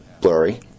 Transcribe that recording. blurry